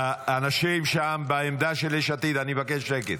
האנשים שם, בעמדה של יש עתיד, אני מבקש שקט.